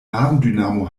nabendynamo